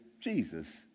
Jesus